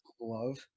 love